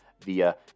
via